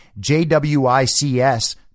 JWICS